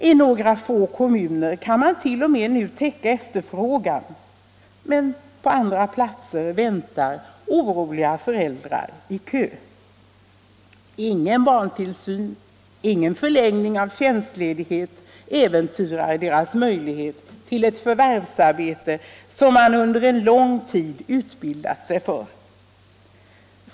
I några få kommuner kan man nu t.o.m. täcka efterfrågan, men på andra platser står oroliga föräldrar i kö. Kan de inte få barntillsyn och inte förlängning av sin tjänstledighet, äventyras deras möjlighet till ett förvärvsarbete som de kanske under lång tid utbildat sig för.